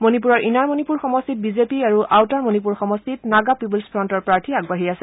মণিপুৰৰ ইনাৰ মণিপুৰ সমষ্টিত বিজেপি আৰু আউটাৰ মণিপুৰ সমষ্টিত নাগা পিপলছ ফ্ৰণ্টৰ প্ৰাৰ্থী আগবাঢ়ি আছে